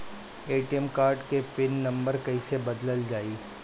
ATM card के pin number कईसे बदलल जाई?